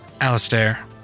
Alistair